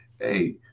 hey